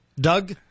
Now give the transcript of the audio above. Doug